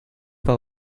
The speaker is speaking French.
par